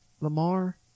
Lamar